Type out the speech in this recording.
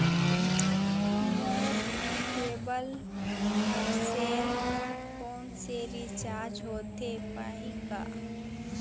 मोर cable हर cell phone से recharge होथे पाही का?